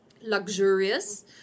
luxurious